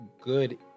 good